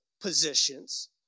positions